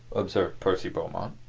observed percy beaumont.